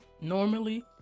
Normally